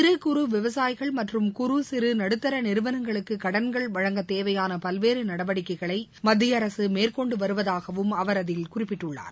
சிறு குறு விவசாயிகள் மற்றும் குறு சிறு நடுத்தர நிறுவனங்களுக்கு கடன்கள் வழங்கத் தேவையான பல்வேறு நடவடிக்கைகளை மத்திய அரசு மேற்கொண்டு வருவதாகவும் அவர் அதில் குறிப்பிட்டுள்ளார்